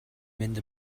mynd